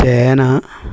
ചേന